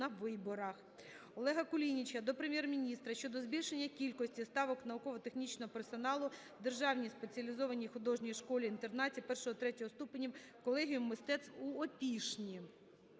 Олега Кулініча до Прем'єр-міністра щодо збільшення кількості ставок науково-технічного персоналу в Державній спеціалізованій художній школі - інтернаті І-ІІІ ступенів "Колегіум мистецтв у Опішні".